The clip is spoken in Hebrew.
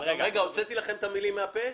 הוצאתי לכם את המילים מהפה?